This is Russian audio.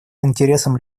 интересам